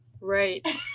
right